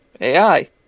AI